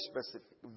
specific